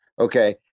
okay